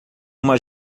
uma